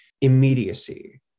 immediacy